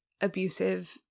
abusive